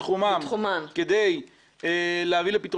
איזושהי תוכנית מתאר כוללנית שתיתן פתרון